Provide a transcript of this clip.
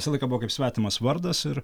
visą laiką buvo kaip svetimas vardas ir